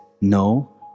No